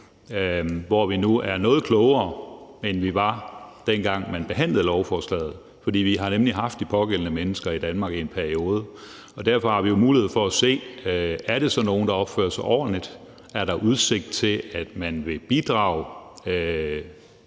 som vi nu er noget klogere på, end vi var, dengang vi behandlede loven. For vi har nemlig haft de pågældende mennesker i Danmark i en periode, og derfor har vi mulighed for at se, om det er nogle, der opfører sig ordentligt, og om der er udsigt til, at man vil bidrage